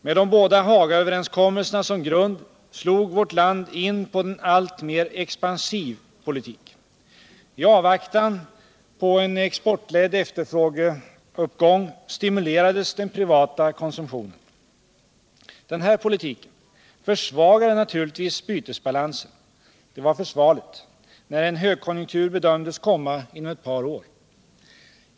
Med de båda Hagaöverenskommelserna som grund slog vårt land in på en alltmer expansiv ekonomisk politik. I avvaktan på en exportledd efterfrågeuppgång stimulerades den privata konsumtionen. Den här politiken försvagade naturligtvis bytesbalansen. Det var försvarligt, när en högkonjunktur bedömdes komma inom ett par år.